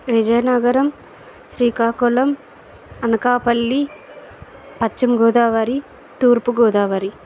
విజయనగరం శ్రీకాకుళం అనకాపల్లి పశ్చిమ గోదావరి తూర్పు గోదావరి